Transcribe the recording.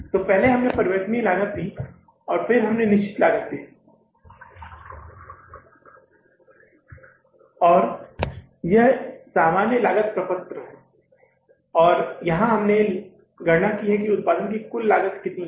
तो पहले हमने परिवर्तनीय लागत ली है फिर हमने निश्चित लागत ली है और यह सामान्य लागत पत्रक है और यहाँ हमने गणना की है कि उत्पादन की कुल लागत कितनी है